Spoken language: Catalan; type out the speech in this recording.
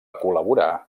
col·laborar